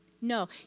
No